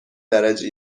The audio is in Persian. درجه